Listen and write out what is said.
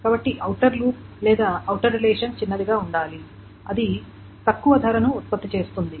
కాబట్టి outer loop లేదా outer relation చిన్నదిగా ఉండాలి అది తక్కువ ధరను ఉత్పత్తి చేస్తుంది